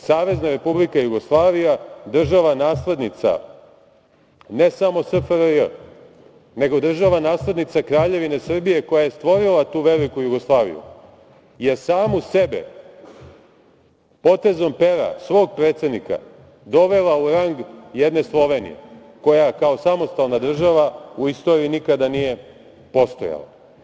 Savezna Republika Jugoslavija, država naslednica ne samo SFRJ, nego država naslednica Kraljevine Srbije, koja je stvorila tu veliku Jugoslaviju je samu sebe potezom pera svog predsednika dovela u rang jedne Slovenije koja kao samostalna država u istoriji nikada nije postojala.